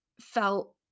felt